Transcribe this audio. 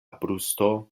brusto